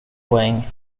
poäng